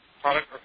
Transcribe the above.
product